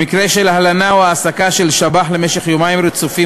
במקרה של הלנה או העסקה של שב"ח למשך יומיים רצופים